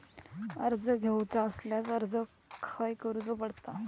कर्ज घेऊचा असल्यास अर्ज खाय करूचो पडता?